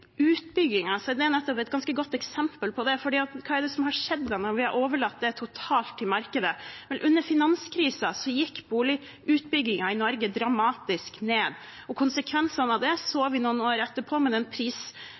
er nettopp den et ganske godt eksempel på det, for hva er det som har skjedd når vi har overlatt den totalt til markedet? Vel, under finanskrisen gikk boligutbyggingen i Norge dramatisk ned, og konsekvensene av det så vi noen år etterpå med